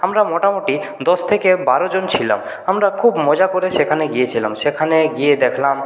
আমরা মোটামুটি দশ থেকে বারো জন ছিলাম আমরা খুব মজা করে সেখানে গিয়েছিলাম সেখানে গিয়ে দেখলাম